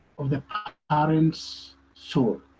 of the parent's soul.